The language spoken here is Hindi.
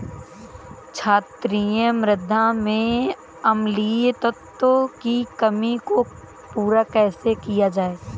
क्षारीए मृदा में अम्लीय तत्वों की कमी को पूरा कैसे किया जाए?